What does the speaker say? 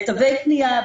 בתווי קנייה,